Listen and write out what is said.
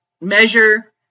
measure